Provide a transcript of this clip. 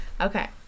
Okay